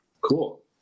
Cool